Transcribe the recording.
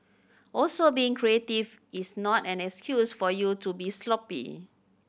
also being creative is not an excuse for you to be sloppy